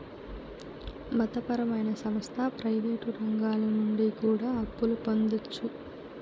మత పరమైన సంస్థ ప్రయివేటు రంగాల నుండి కూడా అప్పులు పొందొచ్చు